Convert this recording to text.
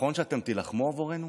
נכון שאתם תילחמו בעבורנו?